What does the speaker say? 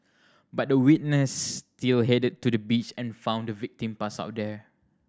but the witness still headed to the beach and found the victim passed out there